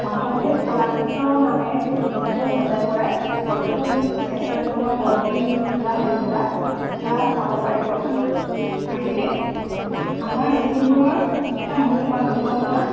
মাধৱদেৱ কলাক্ষেত্ৰ নামেৰে খুব ধুনীয়াকৈ সজাই পৰাই পৰ্যটন ক্ষেত্ৰ এখনৰ গঢ় দি তোলা হৈছে তাত সেয়া চাব পাৰে পৰ্য্যটক আহিলে আমাৰ লখিমপুৰৰ এটা মহকুমা ঢকুৱাখানা